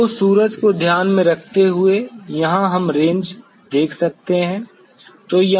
तो सूरज को ध्यान में रखते हुए यहाँ हम रेंज देख सकते हैं